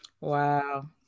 Wow